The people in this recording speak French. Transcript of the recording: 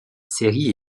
série